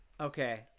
okay